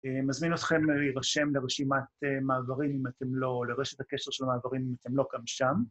מזמין אתכם להירשם לרשימת מעברים אם אתם לא, לרשת הקשר של מעברים אם אתם לא גם שם.